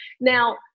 Now